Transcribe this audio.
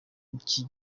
iki